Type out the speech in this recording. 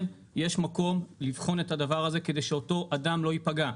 יש מקום לבחון את הדבר הזה כדי שאותו אדם לא יפגע.